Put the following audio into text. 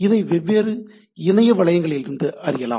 இதை வெவ்வேறு இணைய வளங்களிலிருந்து அறியலாம்